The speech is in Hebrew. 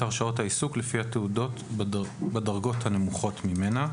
את הרשאות העיסוק לפי התעודות בדרגות הנמוכות ממנה.